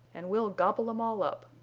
and we'll gobble em all up,